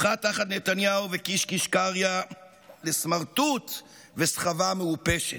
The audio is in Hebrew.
הפכה תחת נתניהו וקיש קיש קריא לסמרטוט וסחבה מעופשת?